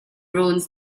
ruins